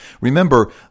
remember